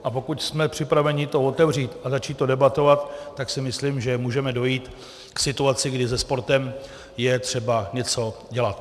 A pokud jsme připraveni to otevřít a začít to debatovat, tak si myslím, že můžeme dojít k situaci, kdy se sportem je třeba něco dělat.